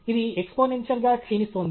ఇది ఎక్స్పోనెంషియల్ గా క్షీణిస్తోంది